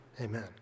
Amen